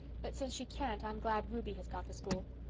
but since she can't i'm glad ruby has got the school.